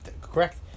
Correct